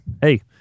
hey